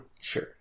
Sure